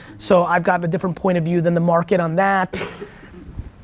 so i've gotten a different point of view than the market on that